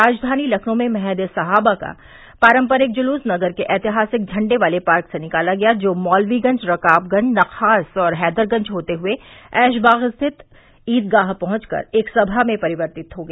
राजधानी लखनऊ में मद्ह ए सहाबा का पारम्परिक जुलूस नगर के ऐतिहासिक झण्डेवाले पार्क से निकाला गया जो मौलवीगंज रकाबगंज नख्खास और हैदरगंज होते हुए ऐशबाग स्थित ईदगाह पहुँचकर एक सभा में परिवर्तित हो गया